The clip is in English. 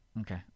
Okay